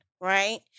right